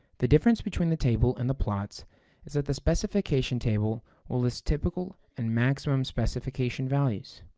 the difference between the table and the plots is that the specification table will list typical and maximum specification values.